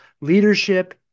leadership